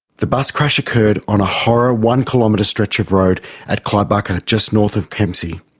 the bus crash occurred on a horror one-kilometre stretch of road at clybucca just north of kempsey.